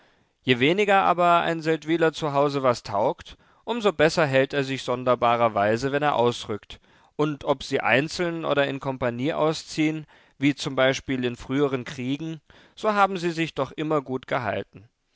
je weniger aber ein seldwyler zu hause was taugt um so besser hält er sich sonderbarerweise wenn er ausrückt und ob sie einzeln oder in kompanie ausziehen wie z b in früheren kriegen so haben sie sich doch immer gut gehalten